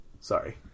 Sorry